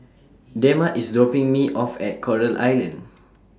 Dema IS dropping Me off At Coral Island